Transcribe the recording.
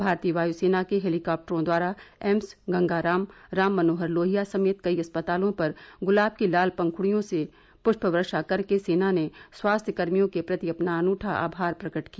भारतीय वायु सेना के हेलिकॉप्टरों द्वारा एम्स गंगाराम राममनोहर लोहिया समेत कई अस्पतालों पर गुलाब की लाल पंखुड़ियों की पुष्प वर्षा करके सेना ने स्वास्थ्यकर्मियों के प्रति अपना अनूठा आभार प्रकट किया